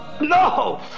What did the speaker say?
No